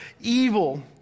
evil